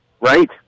Right